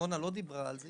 סימונה לא דיברה על זה.